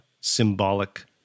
Symbolic